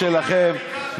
שלכם,